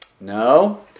No